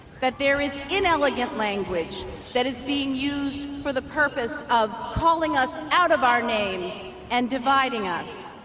that there is inelegant language that is being used for the purpose of calling us out of our names and dividing us